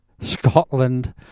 Scotland